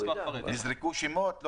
נזרקו שמות.